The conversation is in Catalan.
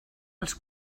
els